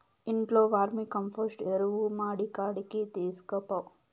ఇంట్లో వర్మీకంపోస్టు ఎరువు మడికాడికి తీస్కపో